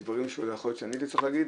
דברים שיכול להיות שאני הייתי צריך להגיד,